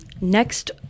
Next